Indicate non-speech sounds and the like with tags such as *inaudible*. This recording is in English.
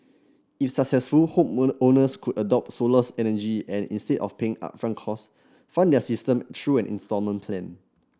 if successful homeowners could adopt solar *unintelligible* energy and instead of paying upfront costs fund their systems through an instalment plan